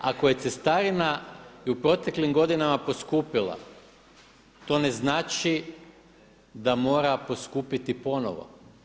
Ako je cestarina i u proteklim godinama poskupila to ne znači da mora poskupiti ponovo.